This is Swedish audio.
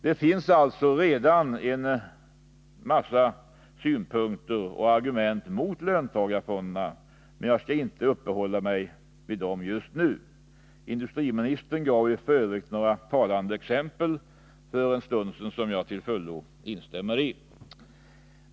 Det finns alltså redan en massa argument mot löntagarfonderna, men jag skall inte upphålla mig vid dem just nu. Industriministern gav f. ö. för en stund sedan några talande exempel, som jag till fullo instämmer i.